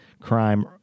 crime